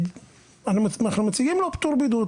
אנחנו מציגים לו פטור בידוד.